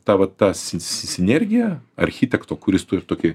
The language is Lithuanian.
ta va ta si si sinergija architekto kuris turi tokį